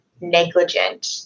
negligent